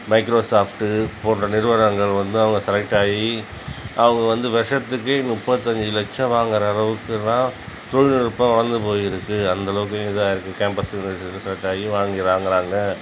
Microsoft போன்ற நிறுவனங்கள் வந்து அவங்க செலக்ட்டாகி அவங்க வந்து வருஷத்துக்கு முப்பத்தஞ்சி லட்சம் வாங்கிற அளவுக்கு தான் தொழில்நுட்பம் வளர்ந்து போயிருக்குது அந்த அளவுக்கு இதாக இருக்குது கேம்பஸ் செலக்ட்டாகி வாங்கிறாங்கறாங்க